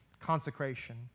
consecration